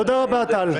תודה רבה, טל.